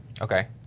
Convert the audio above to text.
Okay